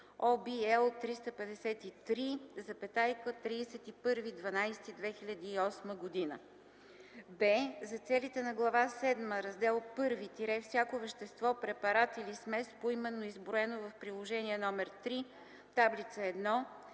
L 353, 31.12.2008 г.); б) за целите на Глава седма, Раздел І – всяко вещество, препарат или смес, поименно изброено в приложение № 3, таблица 1,